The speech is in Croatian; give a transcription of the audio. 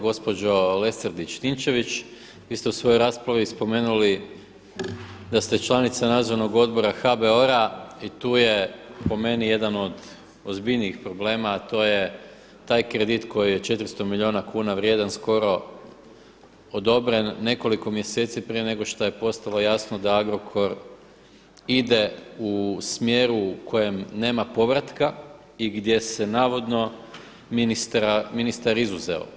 Gospođo Lesandrić-Ninčević, vi ste u svojoj raspravi spomenuli da ste članica Nadzornog odbora HBOR-a i tu je po meni jedan od ozbiljnijih problema, a to je taj kredit koji je 400 milijuna kuna vrijedan skoro odobren, nekoliko mjeseci prije nešto što je postalo jasno da Agrokor ide u smjeru u kojem nema povratka i gdje se navodno ministar izuzeo.